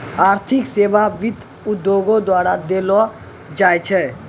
आर्थिक सेबा वित्त उद्योगो द्वारा देलो जाय छै